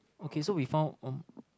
okay so we found